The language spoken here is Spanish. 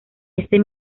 ese